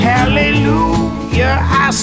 Hallelujah